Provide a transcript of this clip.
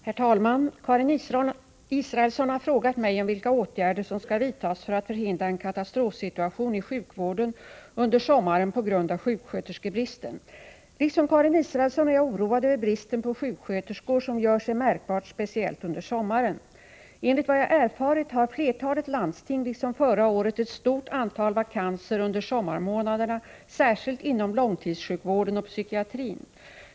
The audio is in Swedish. Herr talman! Karin Israelsson har frågat mig om vilka åtgärder som skall vidtas för att förhindra en katastrofsituation i sjukvården under sommaren på grund av sjuksköterskebristen. Liksom Karin Israelsson är jag oroad över bristen på sjuksköterskor, som gör sig märkbar speciellt under sommaren. Enligt vad jag har erfarit har flertalet landsting, liksom förra året, ett stort antal vakanser under sommarmånaderna, särskilt inom långtidssjukvården och psykiatrin.